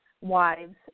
wives